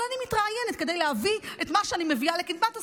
אבל אני מתראיינת כדי להביא את מה שאני מביאה לקדמת השיח.